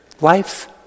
life's